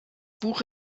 buch